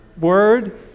word